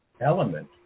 element